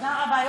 תודה רבה,